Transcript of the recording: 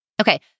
Okay